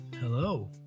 Hello